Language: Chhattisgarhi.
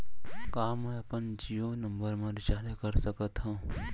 का मैं अपन जीयो नंबर म रिचार्ज कर सकथव?